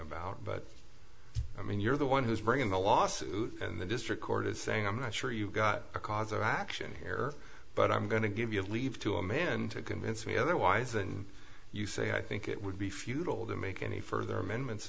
about but i mean you're the one who's bringing the lawsuit and the district court is saying i'm not sure you've got a cause of action here but i'm going to give you leave to a man to convince me otherwise and you say i think it would be futile to make any further amendments